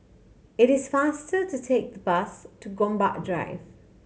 it is faster to take the bus to Gombak Drive